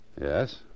Yes